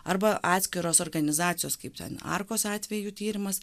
arba atskiros organizacijos kaip ten atvejų tyrimas